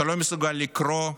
אתה לא מסוגל לקרוא,